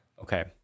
Okay